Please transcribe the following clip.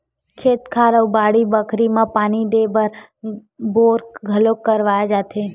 खेत खार अउ बाड़ी बखरी म पानी देय बर बोर घलोक करवाए जाथे